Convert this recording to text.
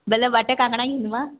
ବେଲେ ବାଟେ କାଣା କାଣା କିଣମା